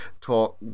talk